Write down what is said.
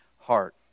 heart